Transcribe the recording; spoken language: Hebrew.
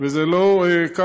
וזה לא כך.